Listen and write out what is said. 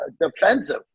defensive